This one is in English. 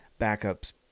backups